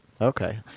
Okay